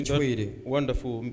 wonderful